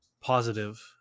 positive